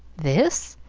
this?